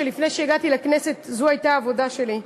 שלפני שהגעתי לכנסת זו הייתה העבודה שלי.